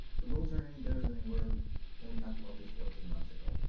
the roads aren't any better than they were when we talked about this fourteen months ago.